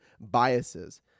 biases